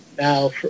Now